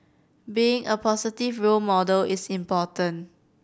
being a positive role model is important